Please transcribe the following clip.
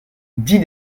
dix